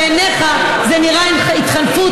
בעיניך זה נראה התחנפות